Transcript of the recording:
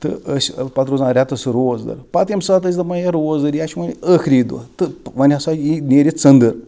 تہٕ أسۍ ٲسۍ پتہٕ روزان ریتَس روزدَر پتہٕ ییٚمہِ ساتہٕ ٲسۍ دَپان یا روزدٔری ہا چھِ وۄنۍ ٲخری دۄہ تہٕ وۄنۍ ہسا یی نیٚرِ ژنٛدٕر